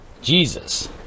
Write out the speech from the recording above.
Jesus